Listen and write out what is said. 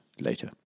later